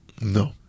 No